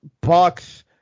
Bucks